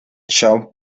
chao